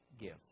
give